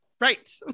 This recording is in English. Right